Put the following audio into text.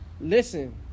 listen